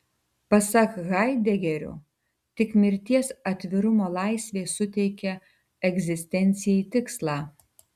pasak haidegerio tik mirties atvirumo laisvė suteikia egzistencijai tikslą